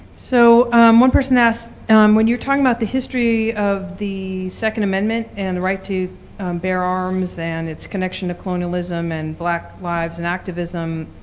so one person asked when you're talking about the history of the second amendment and the right to bear arms and its connection to colonialism and black lives and activism,